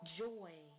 joy